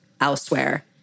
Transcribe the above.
elsewhere